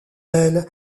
elle